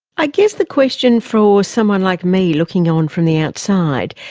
i guess the question for someone like me, looking on from the outside,